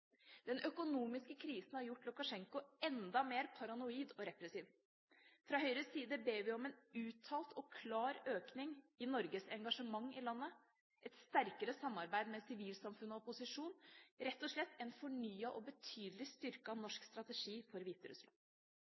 Den økonomiske krisen har gjort Lukasjenko enda mer paranoid og repressiv. Fra Høyres side ber vi om en uttalt og klar økning i Norges engasjement i landet, et sterkere samarbeid med sivilsamfunn og opposisjon – rett og slett en fornyet og betydelig styrket norsk strategi for